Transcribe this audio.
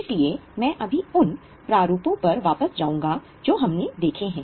इसलिए मैं अभी उन प्रारूपों पर वापस जाऊँगा जो हमने देखे हैं